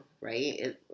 right